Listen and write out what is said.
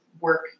work